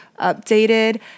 updated